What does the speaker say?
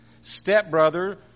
stepbrother